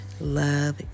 Love